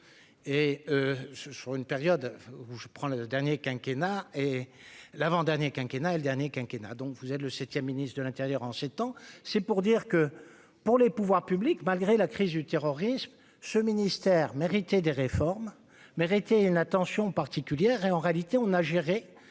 ce sur une période où je prends le dernier quinquennat et l'avant- dernier quinquennat et le dernier quinquennat dont vous êtes le 7ème Ministre de l'Intérieur en ces temps, c'est pour dire que, pour les pouvoirs publics, malgré la crise du terrorisme ce ministère mérité des réformes méritait une attention particulière et en réalité on a géré